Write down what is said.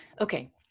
Okay